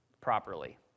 properly